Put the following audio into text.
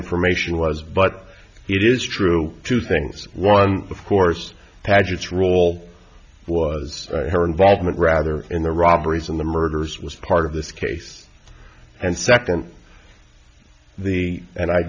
information was but it is true two things one of course paget's role was her involvement rather in the robberies and the murders was part of this case and second the and i